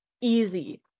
easy